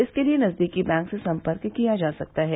इसके लिए नजदीकी बैंक से संपर्क किया जा सकता है